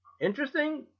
interesting